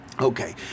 okay